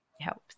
helps